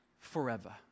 forever